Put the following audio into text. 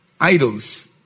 idols